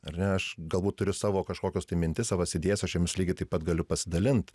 ar ne aš galbūt turiu savo kažkokius mintis savas idėjas aš jomis lygiai taip pat galiu pasidalint